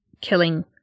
killing